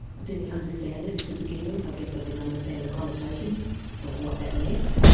i didn't understand it to begin with. i guess i didn't understand the connotations of what that meant.